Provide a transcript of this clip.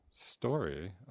story